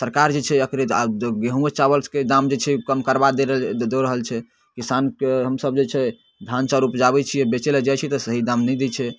सरकार जे छै एकरे गेहुँओ चावलके दाम जे छै कम करबा देल दऽ रहल छै किसानके हमसभ जे छै धान चाउर उपजाबै छिए बेचैलए जाइ छिए तऽ सही दाम नहि दै छै